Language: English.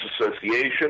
Association